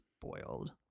Spoiled